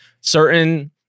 certain